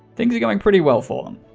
things are going pretty well for them.